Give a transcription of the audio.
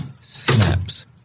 Snaps